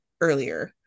earlier